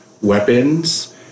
weapons